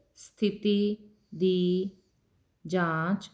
ਸਥਿਤੀ ਦੀ ਜਾਂਚ